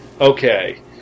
Okay